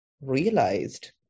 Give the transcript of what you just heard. realized